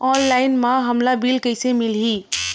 Online म हमला bill कइसे मिलही?